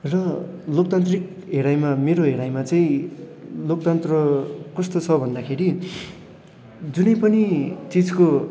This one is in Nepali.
र लोकतान्त्रिक हेराइमा मेरो हेराइमा चाहिँ लोकतन्त्र कस्तो छ भन्दाखेरि जुनै पनि चिजको